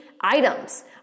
items